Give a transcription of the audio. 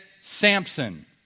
Samson